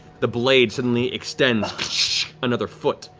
the blade suddenly extends another foot,